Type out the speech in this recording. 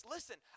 Listen